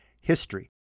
history